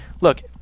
Look